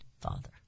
Father